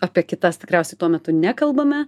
apie kitas tikriausiai tuo metu nekalbame